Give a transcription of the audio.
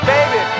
Baby